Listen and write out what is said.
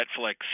Netflix